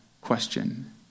question